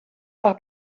are